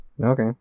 Okay